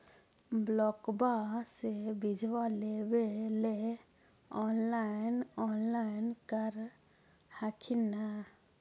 ब्लोक्बा से बिजबा लेबेले ऑनलाइन ऑनलाईन कर हखिन न?